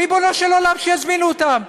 ריבונו של עולם, שיזמינו אותם.